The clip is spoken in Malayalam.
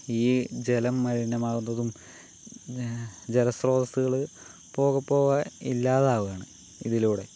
ഈ ജലം മലിനമാകുന്നതും ജലസ്രോതസ്സുകള് പോകെ പോകെ ഇല്ലാതാവുകയാണ് ഇതിലൂടെ